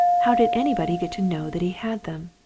how did anybody get to know that he had them?